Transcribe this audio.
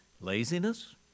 Laziness